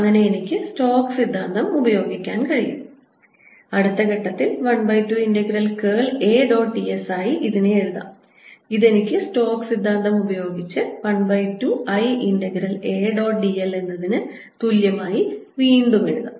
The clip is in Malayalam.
അങ്ങനെ എനിക്ക് സ്റ്റോക്സ് സിദ്ധാന്തം ഉപയോഗിക്കാൻ കഴിയും അടുത്ത ഘട്ടത്തിൽ 1 by 2 integral curl A dot d s ആയി ഇതിനെ എഴുതാം ഇത് എനിക്ക് സ്റ്റോക്സ് സിദ്ധാന്തം ഉപയോഗിച്ച് 1 by 2 I integral A dot d l എന്നതിന് തുല്യമായി വീണ്ടും എഴുതാം